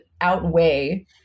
outweigh